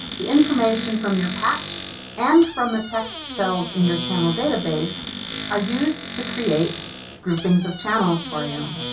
the information from your patch and from the text cells in your channel database are used to create groupings of channels for you.